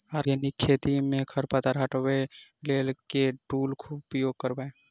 Organic खेती मे खरपतवार हटाबै लेल केँ टूल उपयोग करबै?